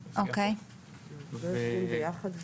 אנחנו כמובן סומכים על